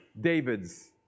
David's